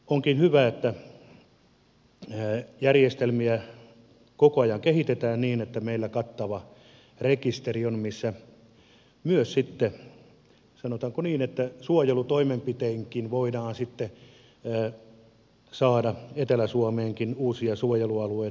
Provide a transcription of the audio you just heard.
onkin hyvä että järjestelmiä koko ajan kehitetään niin että meillä on kattava rekisteri niin että myös sitten sanotaanko niin että suojelutoimenpiteinkin voidaan saada etelä suomeenkin uusia suojelualueita